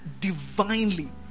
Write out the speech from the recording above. divinely